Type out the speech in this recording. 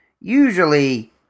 usually